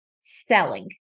selling